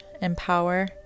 empower